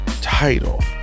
title